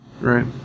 right